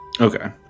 Okay